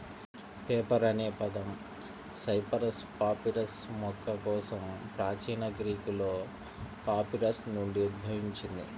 paper అనే పదం cyperus papyrus మొక్క కోసం ప్రాచీన గ్రీకులో పాపిరస్ నుండి ఉద్భవించింది